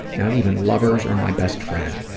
not even lovers or my best friend.